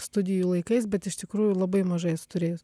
studijų laikais bet iš tikrųjų labai mažai esu turėjus